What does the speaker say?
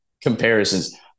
comparisons